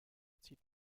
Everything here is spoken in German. zieht